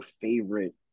favorite